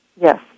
Yes